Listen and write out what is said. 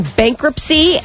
bankruptcy